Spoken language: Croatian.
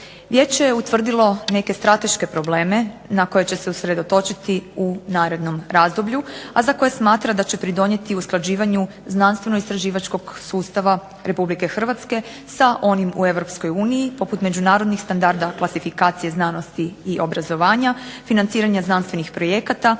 Vijeće je utvrdilo neke strateške probleme na koje će se usredotočiti u narednom razdoblju, a za koje smatra da će pridonijeti usklađivanju znanstveno istraživačkog sustava RH sa onim u EU poput međunarodnih standarda klasifikacije znanosti i obrazovanja, financiranje znanstvenih projekata,